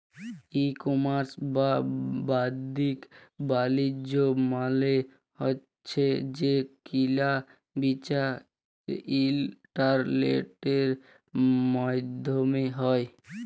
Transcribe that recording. ই commerce বা বাদ্দিক বালিজ্য মালে হছে যে কিলা বিচা ইলটারলেটের মাইধ্যমে হ্যয়